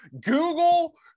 google